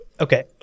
Okay